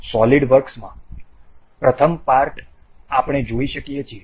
solid વર્ક્સમાં પ્રથમ part આપણે જોઈ શકીએ છીએ